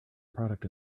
product